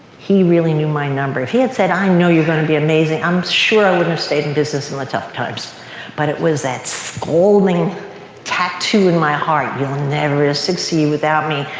he really knew my number. if he had said i know you're going to be amazing, i'm sure i wouldn't have stayed in business in the tough times but it was that scolding tattoo in my heart, you'll never succeed without me,